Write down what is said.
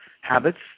habits